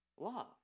Love